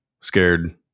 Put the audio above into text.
scared